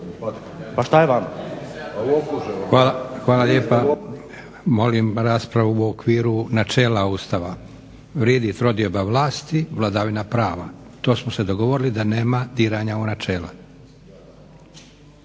Josip (SDP)** Hvala lijepo. Molim raspravu u okviru načela Ustava. Vrijedi trodioba vlasti, vladavina prava. To smo se dogovorili da nema diranja u načela.